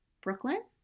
Brooklyn